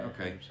okay